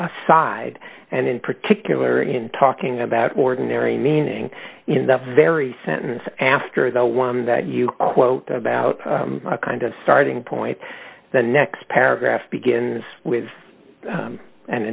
aside and in particular in talking about ordinary meaning in that very sentence after the one that you quote about a kind of starting point the next paragraph begins with